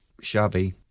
shabby